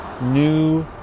new